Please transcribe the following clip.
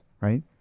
right